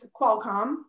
Qualcomm